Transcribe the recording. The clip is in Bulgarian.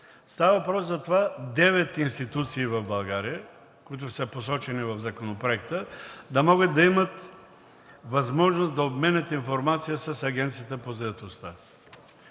става въпрос за това, че девет институции в България, които са посочени в Законопроекта, да могат да имат възможност да обменят информация с Агенцията по заетостта.